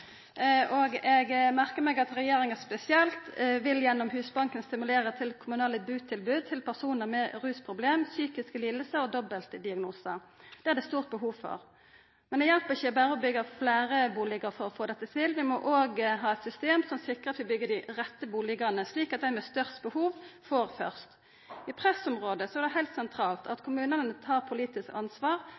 boligmeldinga. Eg merkar meg at regjeringa gjennom Husbanken spesielt vil stimulera til kommunale butilbud til personar med rusproblem, psykiske lidingar og dobbeltdiagnosar. Det er det stort behov for. Men det hjelper ikkje berre å byggja fleire bustader for å få dette til. Vi må òg ha eit system som sikrar at vi byggjer dei rette bustadane, slik at dei med størst behov får først. I pressområde er det heilt sentralt at kommunane tar politisk ansvar